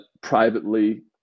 privately